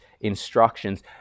instructions